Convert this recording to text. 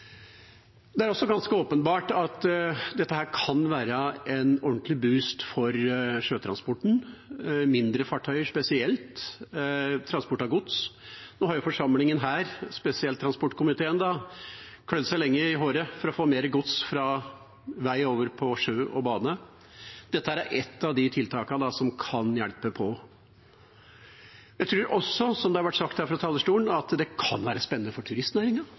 Det er også ganske åpenbart at dette kan være en ordentlig boost for sjøtransporten, spesielt mindre fartøyer, og transport av gods. Nå har forsamlingen her, spesielt transportkomiteen, klødd seg lenge i hodet for å få mer gods fra vei over på sjø og bane. Dette er ett av de tiltakene som kan hjelpe på. Jeg tror også, som det har vært sagt fra talerstolen, at det kan være spennende for